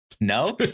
No